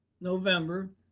November